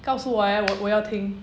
告诉我 eh 我我要听